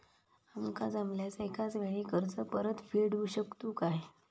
आमका जमल्यास एकाच वेळी कर्ज परत फेडू शकतू काय?